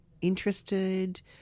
interested